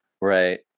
Right